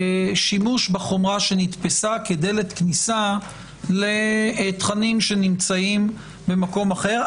שימוש בחומרה שנתפסה כדלת כניסה לתכנים שנמצאים במקום אחר.